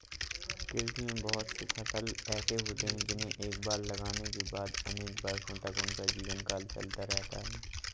कृषि में बहुत से फसल ऐसे होते हैं जिन्हें एक बार लगाने के बाद अनेक वर्षों तक उनका जीवनकाल चलता रहता है